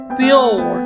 pure